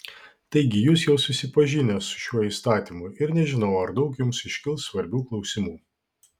taigi jūs jau susipažinę su šiuo įstatymu ir nežinau ar daug jums iškils svarbių klausimų